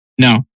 No